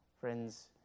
friends